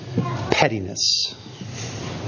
pettiness